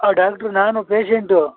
ಹಾಂ ಡಾಕ್ಟ್ರು ನಾನು ಪೇಶೆಂಟು